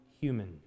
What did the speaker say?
human